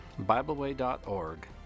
BibleWay.org